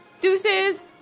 Deuces